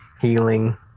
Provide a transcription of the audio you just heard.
healing